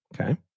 Okay